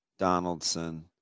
Donaldson